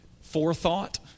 forethought